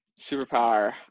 Superpower